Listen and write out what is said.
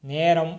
நேரம்